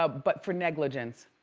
ah but for negligence.